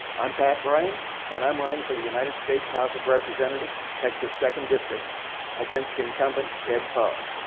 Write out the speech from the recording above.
i'm pat bryan and i'm running for the united states house of representatives, texas' second district against incumbent ted poe.